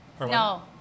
No